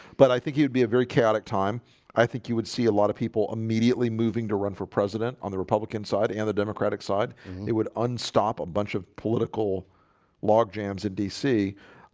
but i think you'd be a very chaotic time i think you would see a lot of people immediately moving to run for president on the republican side and the democratic side it would unstop a bunch of political log jams in dc,